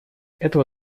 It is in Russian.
этого